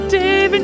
David